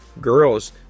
Girls